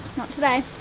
not today.